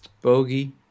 Bogey